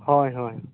ᱦᱳᱭ ᱦᱳᱭ